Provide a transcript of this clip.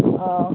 ହଁ